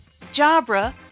Jabra